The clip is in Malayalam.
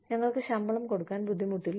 ഞങ്ങൾക്ക് ശമ്പളം കൊടുക്കാൻ ബുദ്ധിമുട്ടില്ല